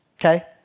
okay